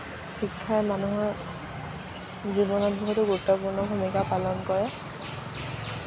শিক্ষাই মানুহৰ জীৱনত বহুতো গুৰুত্বপূৰ্ণ ভুমিকা পালন কৰে